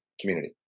community